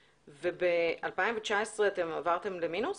וב-2019 אתם עברתם למינוס?